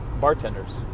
bartenders